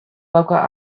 dauka